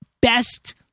best